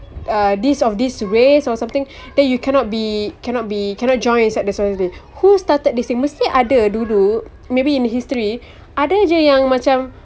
this of this race or something then you cannot be cannot be cannot join inside this society who started this thing mesti ada dulu maybe in history ada jer yang macam